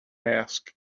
ask